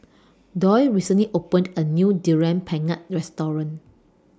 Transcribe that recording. Doyle recently opened A New Durian Pengat Restaurant